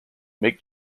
make